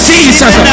Jesus